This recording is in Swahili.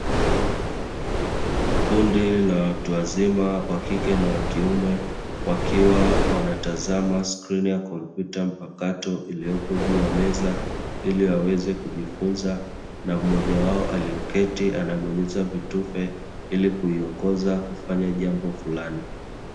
Kundi la watu wazima wa kike na wa kiume. Wakiwa wanazatama skrini ya kompyuta mpakato iliyopo juu ya meza ili waweze kujifunza, na mmoja wao alioketi anabonyeza vitufe ili kuiongoza kufanya jambo fulani.